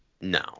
No